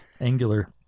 Angular